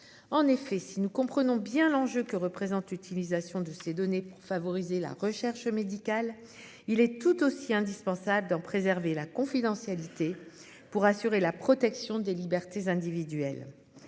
En effet si nous comprenons bien l'enjeu que représente l'utilisation de ces données pour favoriser la recherche médicale. Il est tout aussi indispensable d'en préserver la confidentialité pour assurer la protection des libertés individuelles.